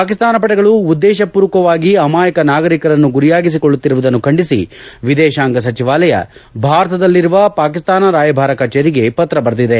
ಪಾಕಿಸ್ತಾನ ಪಡೆಗಳು ಉದ್ದೇಶ ಪೂರ್ವಕವಾಗಿ ಅಮಾಯಕ ನಾಗರೀಕರನ್ನು ಗುರಿಯಾಗಿಸಿಕೊಳ್ಳುತ್ತಿರುವುದನ್ತು ಖಂಡಿಸಿ ವಿದೇಶಾಂಗ ಸಚಿವಾಲಯ ಭಾರತದಲ್ಲಿರುವ ಪಾಕಿಸ್ತಾನ ರಾಯಭಾರ ಕಚೇರಿಗೆ ಪತ್ರ ಬರೆದಿದೆ